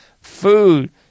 food